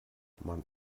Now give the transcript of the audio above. man